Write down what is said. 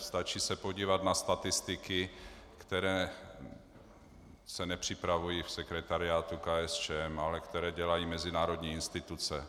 Stačí se podívat na statistiky, které se nepřipravují v sekretariátu KSČM, ale které dělají mezinárodní instituce.